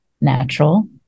natural